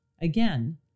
Again